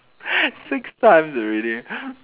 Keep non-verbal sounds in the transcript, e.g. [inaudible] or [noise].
[laughs] six times already [laughs]